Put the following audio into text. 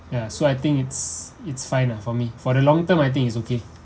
ya so I think it's it's fine lah for me for the long term I think it's okay